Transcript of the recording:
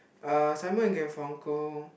uh Simon and Garfunkel